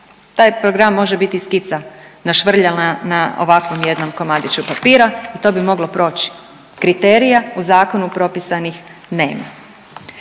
Taj program može biti skica našvrljana na ovakvom jednom komadiću papira i to bi moglo proći, kriterija u zakonu propisanih nema.